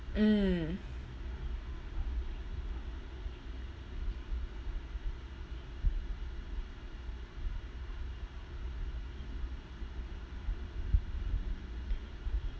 mm